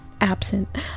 absent